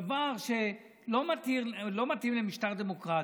דבר שלא מתאים למשטר דמוקרטי.